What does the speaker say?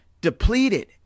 depleted